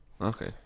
Okay